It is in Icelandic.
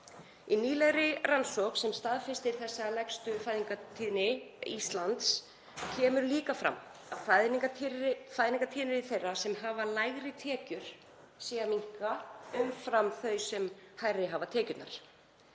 Í nýlegri rannsókn sem staðfestir þessa lægstu fæðingartíðni Íslands kemur líka fram að fæðingartíðni þeirra sem hafa lægri tekjur sé að minnka umfram þau sem hærri hafa tekjurnar.